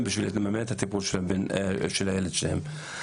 בשביל לממן את הטיפול של הילד שלהם.